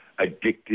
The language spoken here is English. addictive